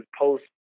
post